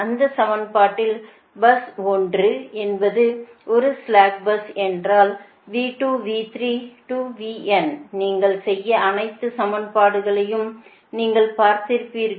அந்த சமன்பாட்டில் பஸ் 1 என்பது ஒரு ஸ்ளாக் பஸ் என்றால் நீங்கள் செய்ய அனைத்து சமன்பாடுகளையும் நீங்கள் பார்த்திருப்பீர்கள்